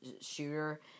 shooter